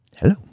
Hello